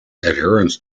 adherents